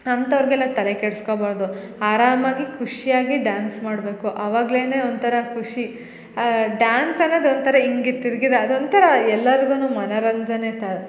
ಅಂಥವ್ರ್ಗೆಲ್ಲ ತಲೆ ಕೆಡಿಸ್ಕೊಬಾರದು ಅರಾಮಾಗಿ ಖುಷ್ಯಾಗಿ ಡಾನ್ಸ್ ಮಾಡಬೇಕು ಅವಾಗ್ಲೆ ಒಂಥರ ಖುಷಿ ಡ್ಯಾನ್ಸ್ ಅನ್ನದು ಒಂಥರ ಹೀಗೆ ತಿರ್ಗಿದ ಅದೊಂಥರ ಎಲ್ಲರ್ಗು ಮನೋರಂಜನೆ ತ